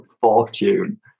fortune